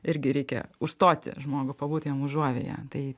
irgi reikia užstoti žmogų pabūt jam užuovėja tai